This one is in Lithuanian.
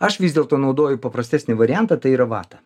aš vis dėlto naudoju paprastesnį variantą tai yra vatą